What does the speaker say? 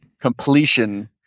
completion